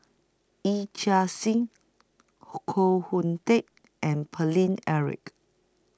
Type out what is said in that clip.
Yee Chia Hsing Koh Hoon Teck and Paine Eric